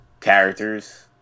characters